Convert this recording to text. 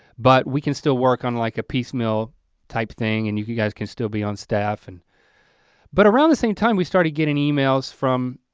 but we can still work on like a piecemeal type thing and you guys can still be on staff and but around the same time, we started getting emails from,